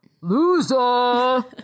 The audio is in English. Loser